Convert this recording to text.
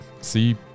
see